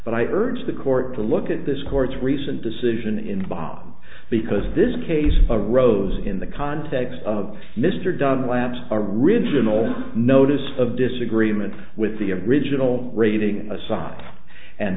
but i urge the court to look at this court's recent decision in bonn because this case a rose in the context of mr dunn labs are original notice of disagreement with the original rating aside and